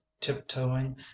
tiptoeing